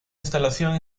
instalación